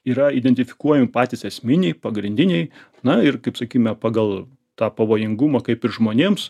yra identifikuojim patys esminiai pagrindiniai na ir kaip sakyme pagal tą pavojingumą kaip ir žmonėms